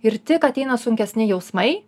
ir tik ateina sunkesni jausmai